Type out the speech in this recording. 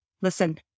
Listen